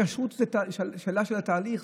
בכשרות זו שאלה של התהליך,